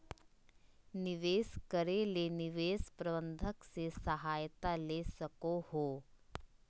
निवेश करे ले निवेश प्रबंधक से सहायता ले सको हो